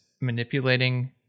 manipulating